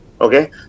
Okay